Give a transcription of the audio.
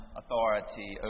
authority